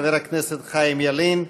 חבר הכנסת חיים ילין,